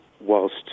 whilst